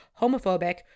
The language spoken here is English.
homophobic